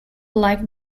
like